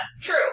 true